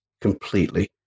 completely